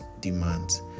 demands